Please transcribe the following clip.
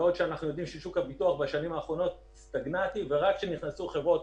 בעוד שאנחנו יודעים ששוק הביטוח בשנים האחרונות סטגנטי ורק כשנכנסו חברות